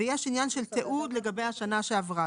ויש את העניין של תיעוד לגבי השנה שעברה,